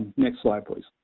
next slide please.